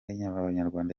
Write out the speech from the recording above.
y’abanyarwanda